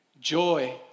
joy